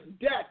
death